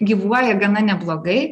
gyvuoja gana neblogai